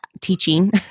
teaching